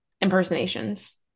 impersonations